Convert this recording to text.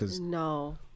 No